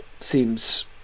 seems